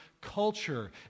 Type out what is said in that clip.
culture